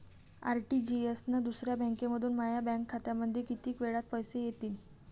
RTGS न दुसऱ्या बँकेमंधून माया बँक खात्यामंधी कितीक वेळातं पैसे येतीनं?